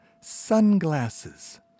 sunglasses